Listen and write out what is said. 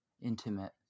intimate